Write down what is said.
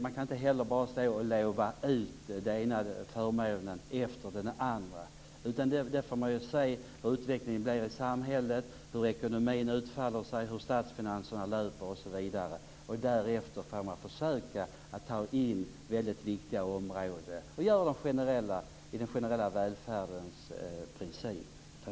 Man kan dock inte bara lova ut den ena förmånen efter den andra, utan man får se hur utvecklingen blir i samhället, hur ekonomin utfaller, hur statsfinanserna löper osv. Därefter får man försöka ta in detta väldigt viktiga område i den generella välfärdens princip.